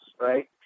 right